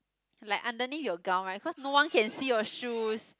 like underneath your gown right cause no one can see your shoes